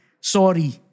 Sorry